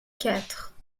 quatre